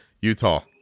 Utah